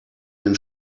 den